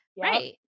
right